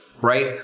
right